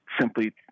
simply